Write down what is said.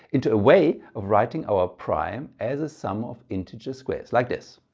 into a way of writing our prime as a sum of integer squares, like this.